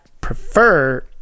prefer